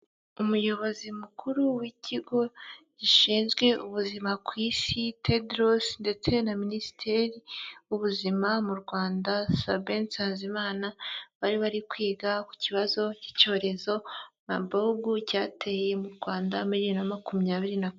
Umuyobozi mukuru w'ikigo gishinzwe ubuzima ku isi Tedros ndetse na Minisitiri w'Ubuzima mu Rwanda Sabe Nsazimana, bari bari kwiga ku kibazo cy'icyorezo Mabogu cyateye mu Rwanda muri bibiri na makumyabiri na kane.